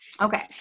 Okay